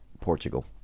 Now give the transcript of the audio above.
Portugal